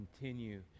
continue